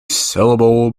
syllable